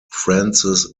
frances